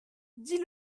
dix